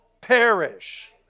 perish